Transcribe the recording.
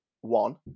One